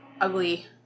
ugly